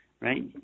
right